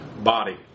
body